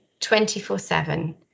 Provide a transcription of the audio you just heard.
24-7